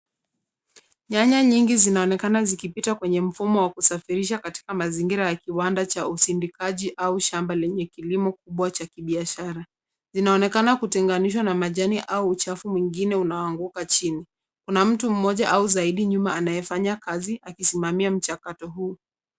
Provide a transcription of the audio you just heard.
Nyanya nyingi zinaonekana zikipita kwenye mfumo wa kusafirisha katika mazingira ya kiwanda cha usindikaji au shamba lenye kilimo kubwa cha kibiashara. Zinaonekana kutenganishwa na majani au uchafu mwingine unaoanguka chini. Kuna mtu mmoja au zaidi nyuma anayefanya kazi, akisimamia mchakato huu.